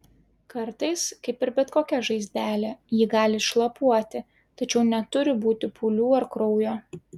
kartais kaip ir bet kokia žaizdelė ji gali šlapiuoti tačiau neturi būti pūlių ar kraujo